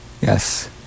yes